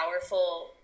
powerful